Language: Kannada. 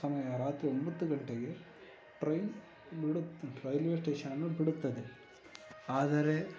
ಸಮಯ ರಾತ್ರಿ ಒಂಬತ್ತು ಗಂಟೆಗೆ ಟ್ರೈನ್ ಬಿಡುತ್ತಾ ರೈಲ್ವೇ ಸ್ಟೇಷನನ್ನು ಬಿಡುತ್ತದೆ ಆದರೆ